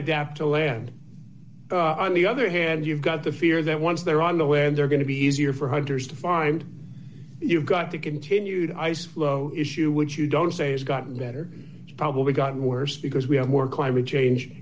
adapt to land on the other hand you've got the fear that once they're on the way and they're going to be easier for hunters to find you've got to continue to ice flow issue which you don't say has gotten better probably got worse because we have more climate change